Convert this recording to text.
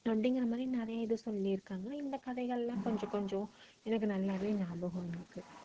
அப்படிங்கிற மாதிரி நிறைய இது சொல்லிருக்காங்க இந்த கதைகள்லாம் கொஞ்சம் கொஞ்சம் எனக்கு நல்லாவே ஞாபகம் இருக்குது